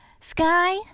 Sky